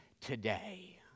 today